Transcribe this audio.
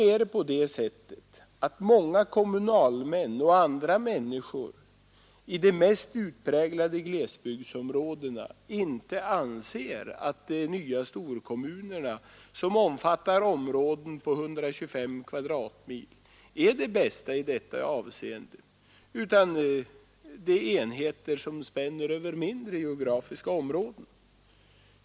Men det finns många kommunalmän och andra människor i de mest utpräglade glesbygdsområdena som inte anser att de nya storkom munerna, som omfattar områden på 125 kvadratmil, är de ta i det avseendet, utan att det är bättre med enheter som spänner över mindre geografiska områden.